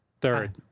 Third